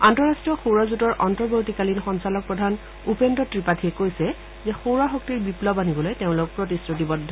আন্তঃৰাষ্ট্ৰীয় সৌৰ জোঁটৰ অন্তৱৰ্ত্তিকালীন সঞ্চালক প্ৰধান উপেজ্ৰ ত্ৰিপাঠীয়ে কৈছে যে সৌৰ শক্তিৰ বিপ্লৱ আনিবলৈ তেওঁলোক প্ৰতিশ্ৰুতিবদ্ধ